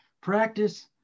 Practice